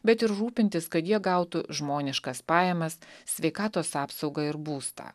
bet ir rūpintis kad jie gautų žmoniškas pajamas sveikatos apsaugą ir būstą